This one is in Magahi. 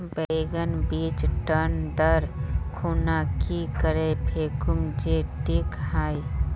बैगन बीज टन दर खुना की करे फेकुम जे टिक हाई?